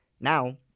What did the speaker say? Now